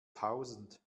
tausend